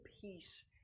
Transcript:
peace